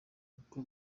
kuko